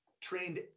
trained